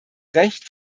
recht